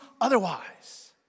otherwise